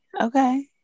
Okay